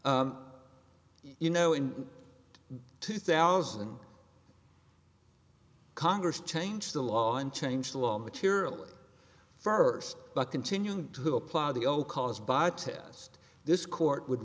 you know in two thousand congress changed the law and changed the law materially first but continuing to apply the old caused by a test this court would